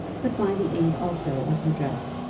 but by the aid also of her dress.